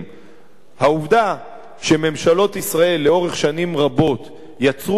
העובדה שממשלות ישראל לאורך שנים רבות יצרו ריכוזיות